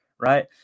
right